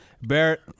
Barrett